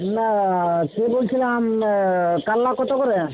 না সে বলছিলাম কাল্লা কত করে